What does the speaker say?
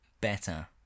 better